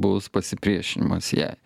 bus pasipriešinimas jai